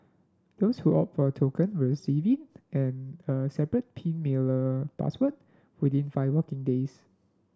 those who opt a token will receive it and a separate pin mailer password within five working days